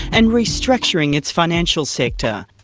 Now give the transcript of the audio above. and restructuring its financial sector.